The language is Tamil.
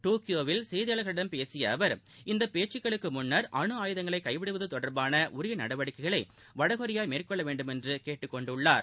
டோக்கியோவில் செய்தியாளர்களிடம் பேச்சுக்களுக்கு பேசிய அவர் இந்த அனுஆயுதங்களை கைவிடுவது தொடர்பான உரிய நடவடிக்கைகளை வடகொரியா மேற்கொள்ள வேண்டுமென்று கேட்டுக் கொண்டுள்ளார்